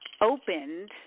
opened